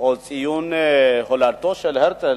או על ציון הולדתו של הרצל,